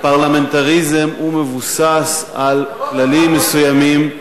פרלמנטריזם מבוסס על כללים מסוימים.